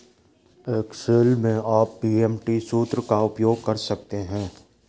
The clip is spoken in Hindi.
एक्सेल में आप पी.एम.टी सूत्र का उपयोग कर सकते हैं